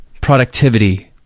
productivity